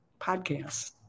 podcasts